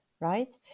Right